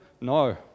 No